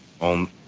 on